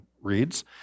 reads